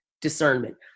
discernment